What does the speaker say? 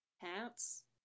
Pants